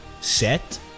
set